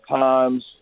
times